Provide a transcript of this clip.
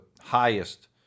highest